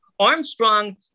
Armstrong